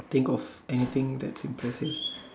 think of anything that's impressive